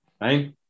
right